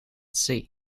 sea